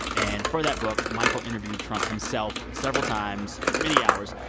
and for that book, michael interviewed trump himself several times for many hours.